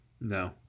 No